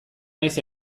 naiz